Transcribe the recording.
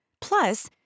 Plus